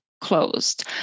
closed